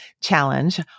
challenge